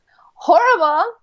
Horrible